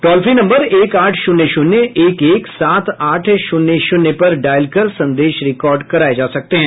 toll free number एक आठ शून्य शून्य एक एक सात आठ शून्य शून्य पर डायल कर संदेश रिकॉर्ड कराये जा सकते हैं